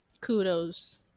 kudos